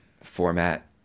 format